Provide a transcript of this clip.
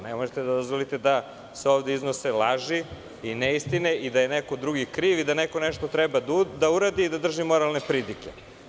Nemojte da dozvolite da se ovde iznose laži i neistine i da je neko drugi kriv i da neko nešto treba da uradi i da drži moralne pridike.